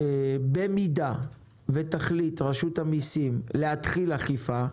במידה ותחליט רשות המיסים להתחיל אכיפה,